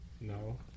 No